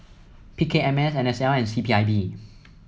P K M S N S L and C P I B